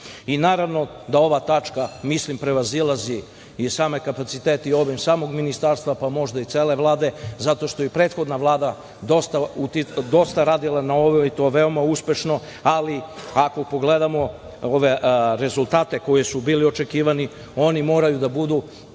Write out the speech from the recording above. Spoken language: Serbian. Naravno da ova tačka prevazilazi i same kapacitete i obim samog ministarstva, možda i cele Vlade zato što je i prethodna Vlada dosta radila na ovome i to veoma uspešno, ali ako pogledamo ove rezultate koji su bili očekivani, moraju da budu